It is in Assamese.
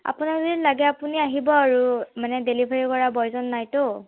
আপোনাক যদি লাগে আপুনি আহিব আৰু মানে ডেলিভাৰী কৰা বইজন নাইতো